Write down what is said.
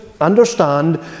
understand